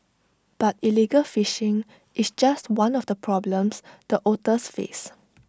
but illegal fishing is just one of the problems the otters face